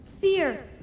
Fear